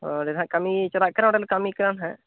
ᱚ ᱚᱸᱰᱮ ᱫᱚ ᱦᱟᱸᱜ ᱠᱟᱹᱢᱤ ᱪᱟᱞᱟᱜ ᱠᱟᱱᱟ ᱚᱸᱰᱮᱞᱮ ᱠᱟᱹᱢᱤ ᱠᱟᱱᱟ ᱦᱟᱸᱜ